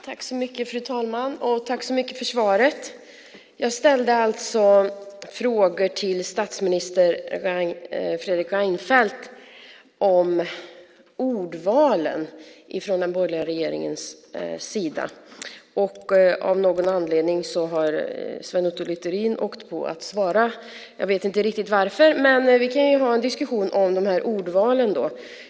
Fru talman! Jag tackar så mycket för svaret. Jag ställde frågor till statsminister Fredrik Reinfeldt om ordvalen från den borgerliga regeringens sida. Av någon anledning har Sven Otto Littorin åkt på att svara. Jag vet inte riktigt varför, men vi kan ha en diskussion om ordvalen.